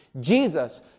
Jesus